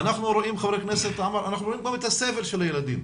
אנחנו רואים גם את הסבל של הילדים,